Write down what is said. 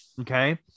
Okay